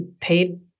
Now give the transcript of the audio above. paid